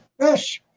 Yes